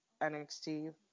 NXT